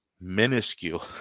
minuscule